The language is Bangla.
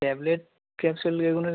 ট্যাবলেট ক্যাপ্সুল যেগুলো